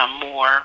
more